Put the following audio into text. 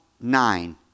nine